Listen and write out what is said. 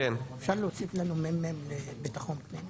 אפשר להוסיף לנו מ"מ לביטחון פנים?